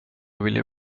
vilja